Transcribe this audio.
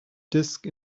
disk